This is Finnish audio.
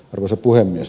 arvoisa puhemies